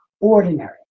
ordinary